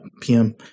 PM